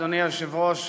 אדוני היושב-ראש,